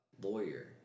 lawyer